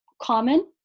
common